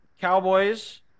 Cowboys